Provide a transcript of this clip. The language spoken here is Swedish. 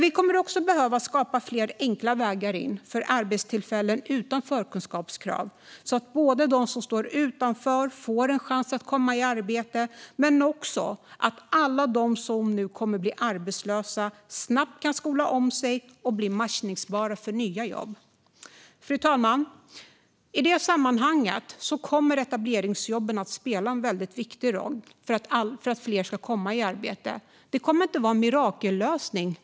Vi kommer också att behöva skapa flera enkla vägar in för arbetstillfällen utan förkunskapskrav så att både de som står utanför får en chans att komma i arbete och alla de som nu kommer att bli arbetslösa snabbt kan skola om sig och bli matchningsbara för nya jobb. Fru talman! I det sammanhanget kommer etableringsjobben att spela en väldigt viktig roll för att fler kan komma i arbete. Det kommer inte att vara en mirakellösning.